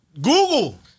Google